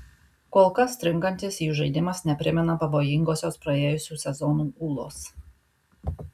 kol kas stringantis jų žaidimas neprimena pavojingosios praėjusių sezonų ūlos